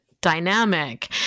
dynamic